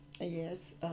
Yes